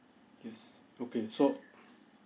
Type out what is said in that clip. yes okay so